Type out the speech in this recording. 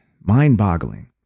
mind-boggling